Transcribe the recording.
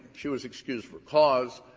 she was excused for cause.